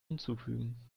hinzufügen